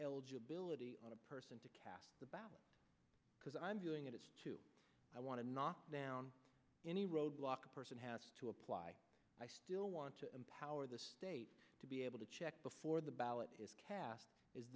eligibility of person to cast the ballot because i'm doing it to i want to knock down any road block a person has to apply i still want to empower the state to be able to check before the ballot is cast is